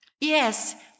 Yes